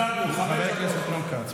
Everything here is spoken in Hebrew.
מדדנו, חמש דקות.